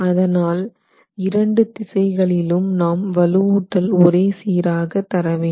அதனால் இரண்டு திசைகளிலும் நாம் வலுவூட்டல் ஒரே சீராக தரவேண்டும்